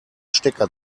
stecker